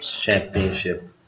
Championship